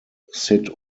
sit